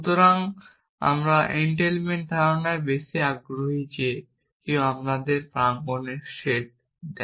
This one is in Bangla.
সুতরাং আমরা এনটেইলমেন্টের ধারণায় বেশি আগ্রহী যে কেউ আমাদের প্রাঙ্গনের সেট দেয়